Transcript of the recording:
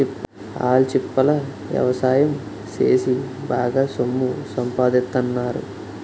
ఆల్చిప్పల ఎవసాయం సేసి బాగా సొమ్ము సంపాదిత్తన్నారు